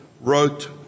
wrote